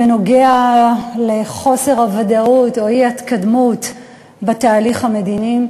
בנוגע לחוסר הוודאות או האי-התקדמות בתהליך המדיני.